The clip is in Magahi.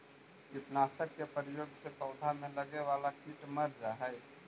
कीटनाशक के प्रयोग से पौधा में लगे वाला कीट मर जा हई